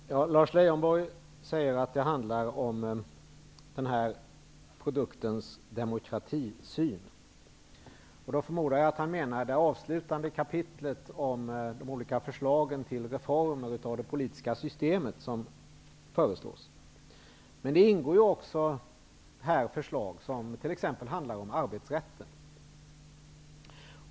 Herr talman! Lars Leijonborg säger att det handlar om den här produktens demokratisyn, och då förmodar jag att han menar det avslutande kapitlet om de olika förslagen till reformer av det politiska systemet. Men det ingår också förslag som t.ex. handlar om arbetsrätten.